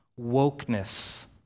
wokeness